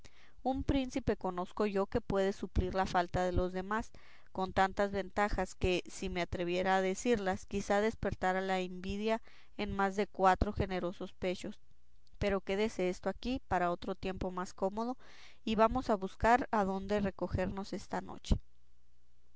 un príncipe conozco yo que puede suplir la falta de los demás con tantas ventajas que si me atreviere a decirlas quizá despertara la invidia en más de cuatro generosos pechos pero quédese esto aquí para otro tiempo más cómodo y vamos a buscar adonde recogernos esta noche